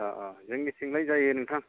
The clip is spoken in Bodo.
अ अ जोंनिथिलाय जायो नोंथां